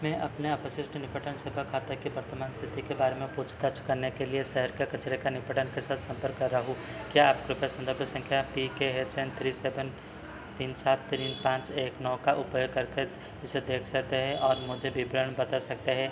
मैं अपने अपशिष्ट निपटान सेवा खाते की वर्तमान स्थिति के बारे में पूछताछ करने के लिए शहर के कचरे का निपटान के साथ संपर्क कर रहा हूँ क्या आप कृपया संदर्भ संख्या P K H N three seven तीन सात तीन पाँच एक नौ का उपयोग करके इसे देख सकते हैं और मुझे विवरण बता सकते हैं